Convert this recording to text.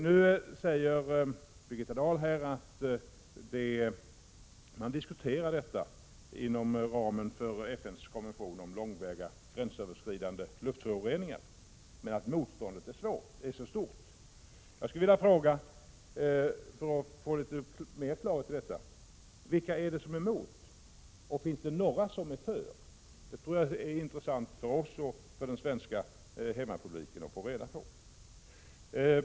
Nu säger Birgitta Dahl att man diskuterar denna fråga inom ramen för FN:s konvention om långväga gränsöverskridande luftföroreningar, men att motståndet är mycket stort. Jag skulle vilja fråga, för att få litet mer klarhet i detta: Vilka är det som är emot och finns det några som är för? Det tror jag är intressant för oss och för den svenska hemmapubliken att få reda på.